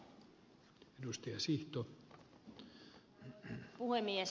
arvoisa puhemies